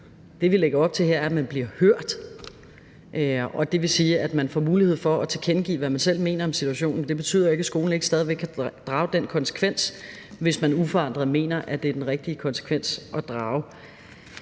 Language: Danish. Det, vi lægger op til her, er, at man bliver hørt, og det vil sige, at man får mulighed for at tilkendegive, hvad man selv mener om situationen. Det betyder ikke, at skolen ikke stadig væk kan drage den konklusion, hvis man uforandret mener, at det er den rigtige konsekvens at tage.